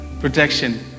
protection